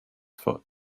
foot